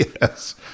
Yes